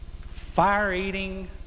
fire-eating